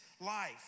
life